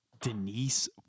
denise